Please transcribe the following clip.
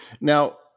Now